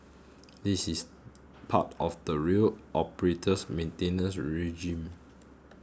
this is part of the rail operator's maintenance regime